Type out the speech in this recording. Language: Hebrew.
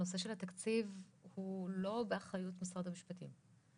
הוא לא באחריות משרד המשפטים.